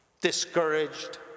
discouraged